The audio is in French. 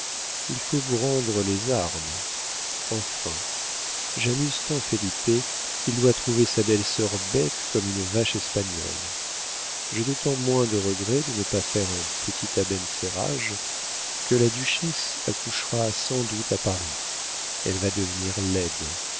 il faut vous rendre les armes enfin j'amuse tant felipe qu'il doit trouver sa belle-sœur bête comme une vache espagnole j'ai d'autant moins de regret de ne pas faire un petit abencerrage que la duchesse accouchera sans doute à paris elle va devenir laide